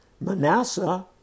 Manasseh